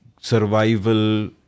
survival